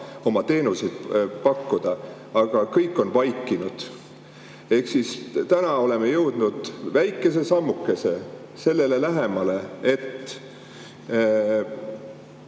oma teenuseid pakkuda, aga kõik on vaikinud. Ehk siis täna oleme jõudnud väikese sammukese sellele lähemale, et